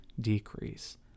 decrease